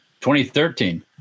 2013